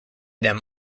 them